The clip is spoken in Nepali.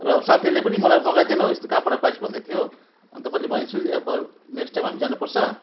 र अब साथीहरूले पनि मलाई मगाइदेऊ न हो यस्तो कहाँबाट पाइस भन्दै थियो अन्त मैले भनेको छु अब नेक्स्ट टाइम हामी जानु पर्छ